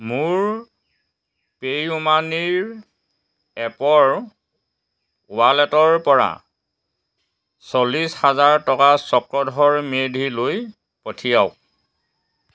মোৰ pay you মানিৰ এপৰ ৱালেটৰপৰা চল্লিছ হাজাৰ টকা চক্ৰধৰ মেধিলৈ পঠিয়াওক